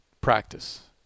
practice